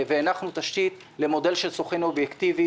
והנחנו תשתית למודל של סוכן אובייקטיבי,